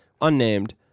unnamed